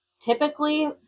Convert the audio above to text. typically